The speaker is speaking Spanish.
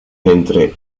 entre